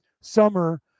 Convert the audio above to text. summer